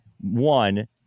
one